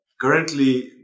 currently